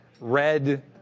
red